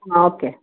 okay